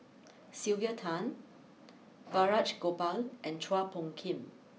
Sylvia Tan Balraj Gopal and Chua Phung Kim